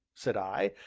said i.